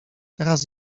teraz